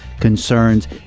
Concerns